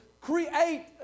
create